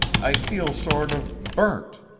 i feel sort of burnt.